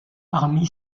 parmi